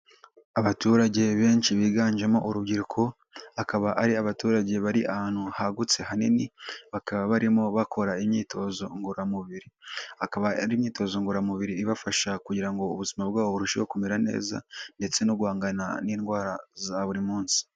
Abaturage benshi biganjemo urubyiruko akaba ari abaturage bari ahantu hagutse hanini bakaba barimo bakora imyitozo ngororamubiri, akaba ari imyitozo ngororamubiri ibafasha kugira ngo ubuzima bwabo burusheho kumera neza ndetse no guhangana n'indwara za buri munsi.